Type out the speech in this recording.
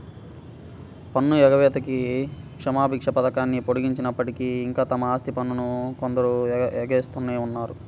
పన్ను ఎగవేతకి క్షమాభిక్ష పథకాన్ని పొడిగించినప్పటికీ, ఇంకా తమ ఆస్తి పన్నును కొందరు ఎగవేస్తూనే ఉన్నారు